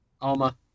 Alma